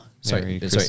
Sorry